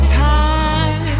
time